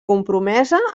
compromesa